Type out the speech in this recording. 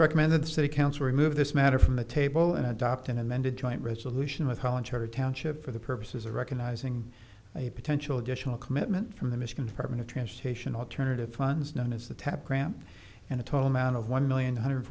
recommended the city council remove this matter from the table and adopt an amended joint resolution with all inter township for the purposes of recognizing a potential additional commitment from the michigan department of transportation alternative funds known as the tap gram and a total amount of one million two hundred